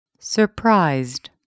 Surprised